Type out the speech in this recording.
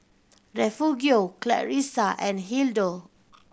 Refugio Clarissa and Hildur